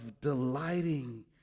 delighting